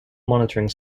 monitoring